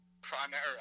primary